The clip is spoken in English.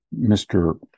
mr